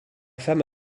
femme